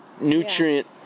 nutrient